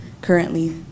currently